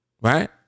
Right